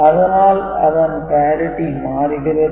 அதனால் இதன் parity மாறுகிறது